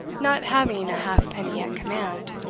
not having a half-penny at command,